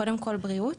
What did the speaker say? קודם כל בריאות,